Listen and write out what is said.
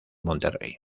monterrey